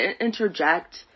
interject